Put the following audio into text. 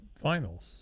finals